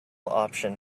option